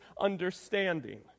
understanding